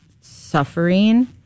suffering